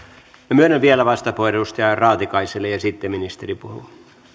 myönnän vielä vastauspuheenvuoron edustaja raatikaiselle ja ja sitten ministeri puhuu